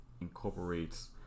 incorporates